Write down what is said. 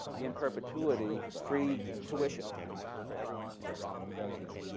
in perpetuity free tuition for everyone who goes there.